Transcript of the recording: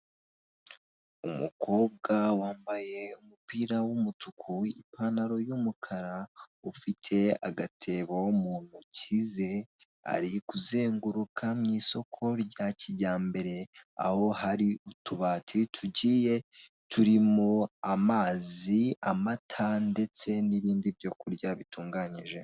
Umukobwa wambaye umupira w'umutuku ipantaro y'umukara ufite agatebo mu ntoki ze ari kuzenguruka mu isoko rya kijyambere aho hari utubati tugiye turimo amazi amata ndetse n'ibindi byo kurya bitunganyije.